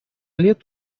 лет